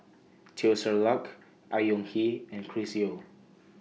Teo Ser Luck Au Hing Yee and Chris Yeo